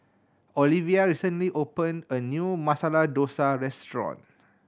Olivia recently opened a new Masala Dosa Restaurant